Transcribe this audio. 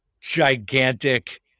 gigantic